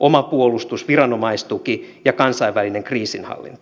oma puolustus viranomaistuki ja kansainvälinen kriisinhallinta